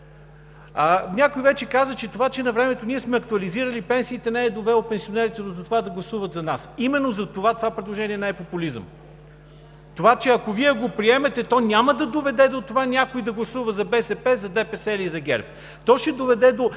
Някой вече каза – това, че навремето ние сме актуализирали пенсиите, не е довело пенсионерите до това да гласуват за нас. Именно затова предложението не е популизъм. Това, че ако Вие го приемете, то няма да доведе до това някой да гласува за БСП, за ДПС или за ГЕРБ – то ще доведе до